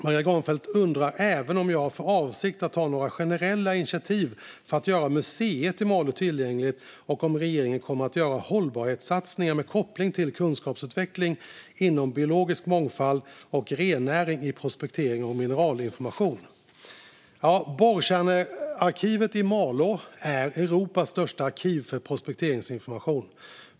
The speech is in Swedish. Maria Gardfjell undrar även om jag har för avsikt att ta några generella initiativ för att göra museet i Malå tillgängligt och om regeringen kommer att göra hållbarhetssatsningar med koppling till kunskapsutveckling inom biologisk mångfald och rennäring i prospektering och mineralinformation. Borrkärnearkivet i Malå är Europas största arkiv för prospekteringsinformation.